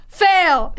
fail